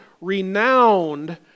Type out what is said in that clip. renowned